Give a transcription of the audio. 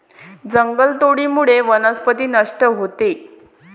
जंगलतोडीमुळे वनस्पती नष्ट होते